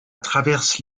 traverse